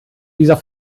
dieser